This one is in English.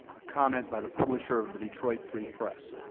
a comment by the publisher of the detroit free press,